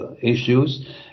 issues